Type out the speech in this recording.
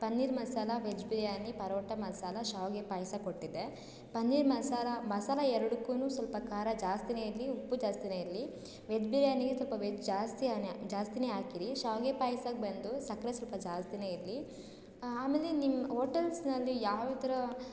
paneer masala veg biryani paratha masala ಶಾವಿಗೆ ಪಾಯಸ ಕೊಟ್ಟಿದ್ದೆ ಪನ್ನೀರ್ ಮಸಾಲ ಮಸಾಲೆ ಎರಡಕ್ಕು ಸ್ವಲ್ಪ ಖಾರ ಜಾಸ್ತಿನೇ ಇರಲಿ ಉಪ್ಪು ಜಾಸ್ತಿನೇ ಇರಲಿ ವೆಜ್ ಬಿರಿಯಾನಿಗೆ ಸ್ವಲ್ಪ ವೆಜ್ ಜಾಸ್ತಿನೆ ಜಾಸ್ತಿನೇ ಹಾಕಿರಿ ಶಾವಿಗೆ ಪಾಯ್ಸಕ್ಕೆ ಬಂದು ಸಕ್ಕರೆ ಸ್ವಲ್ಪ ಜಾಸ್ತಿನೇ ಇರಲಿ ಆಮೇಲೆ ನಿಮ್ಮ ಓಟೆಲ್ಸ್ನಲ್ಲಿ ಯಾವ ಯಾವ ಥರ